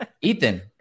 Ethan